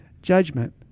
judgment